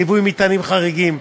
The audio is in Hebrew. ליווי מטענים חריגים,